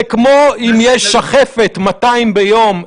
זה כמו אם יש בשחפת 200 חולים ביום,